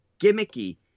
gimmicky